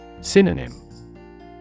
Synonym